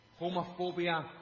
homophobia